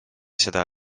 seda